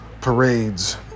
parades